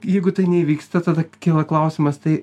jeigu tai neįvyksta tada kyla klausimas tai